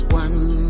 one